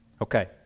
Okay